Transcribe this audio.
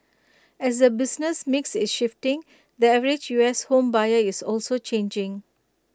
as the business mix is shifting the average U S home buyer is also changing